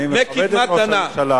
אני מכבד את ראש הממשלה.